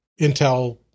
Intel